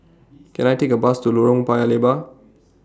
Can I Take A Bus to Lorong Paya Lebar